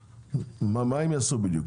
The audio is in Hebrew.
מה הם יעשו בדיוק?